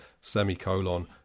semicolon